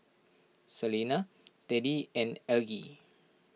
Selena Teddie and Algie